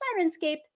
Sirenscape